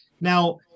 Now